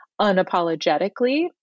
unapologetically